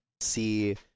see